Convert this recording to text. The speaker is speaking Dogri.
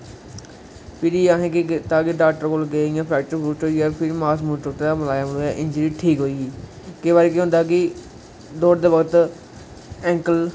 फिर असें केह् कीता कि डाॅक्टर कोल गे इ'यां मास टुटे दा मलाया बगैरा ते इंजरी ठीक होई गेई केईं बारी केह् होंदा कि दौड़दे बक्त एंकल